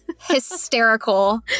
hysterical